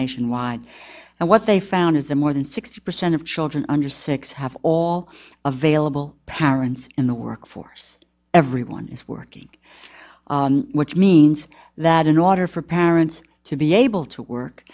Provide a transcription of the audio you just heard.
nationwide and what they found is that more than sixty percent of children under six have all available parents in the workforce everyone is working which means that in order for parents to be able to work